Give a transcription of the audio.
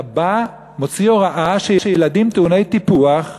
אתה בא, מוציא הוראה שילדים טעוני טיפוח,